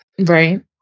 Right